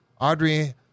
Audrey